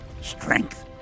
Strength